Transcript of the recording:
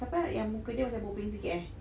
siapa yang muka dia macam bopeng sikit eh